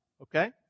okay